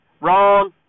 Wrong